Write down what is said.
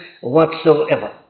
whatsoever